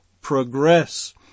progress